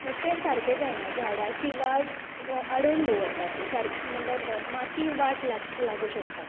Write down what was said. मागीर तें सारकें जायना झाडाची वाड आडावन दवरता ती म्हणल्यार माती वाट लागूंक शकता